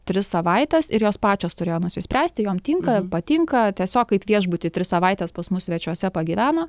tris savaites ir jos pačios turėjo nusispręsti jom tinka patinka tiesiog kaip viešbuty tris savaites pas mus svečiuose pagyveno